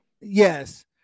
Yes